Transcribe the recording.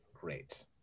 great